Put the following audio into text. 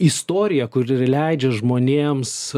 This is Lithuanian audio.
istoriją kuri leidžia žmonėms